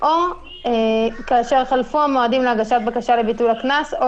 או כאשר חלפו המועדים להגשת בקשה לביטול הקנס או